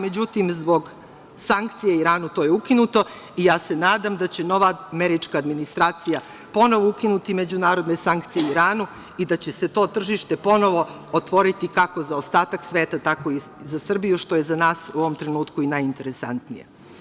Međutim, zbog sankcije Iranu, to je ukinuto i ja se nadam da će nova američka administracija ponovo ukinuti međunarodne sankcije Iranu i da će se to tržište ponovo otvoriti kako za ostatak sveta, tako i za Srbiju, što je za nas u ovom trenutku i najinteresantnije.